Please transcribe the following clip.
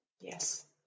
Yes